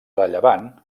rellevant